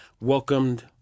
welcomed